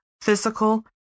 Physical